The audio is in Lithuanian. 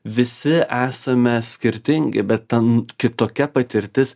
visi esame skirtingi bet ten kitokia patirtis